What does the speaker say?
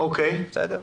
דרך אגב,